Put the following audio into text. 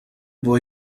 boy